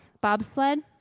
Bobsled